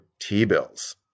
T-bills